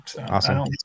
awesome